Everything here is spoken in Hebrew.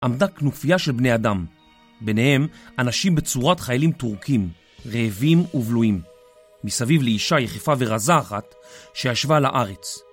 עמדה כנופייה של בני אדם, ביניהם אנשים בצורת חיילים טורקים, רעבים ובלויים. מסביב לאישה יחפה ורזה אחת שישבה לארץ.